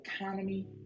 economy